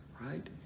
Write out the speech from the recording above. right